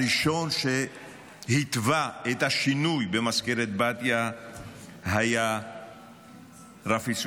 הראשון שהתווה את השינוי במזכרת בתיה היה רפי סויסה,